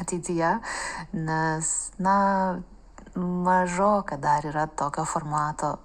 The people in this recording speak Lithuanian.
ateityje nes na mažoka dar yra tokio formato